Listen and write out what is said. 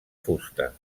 fusta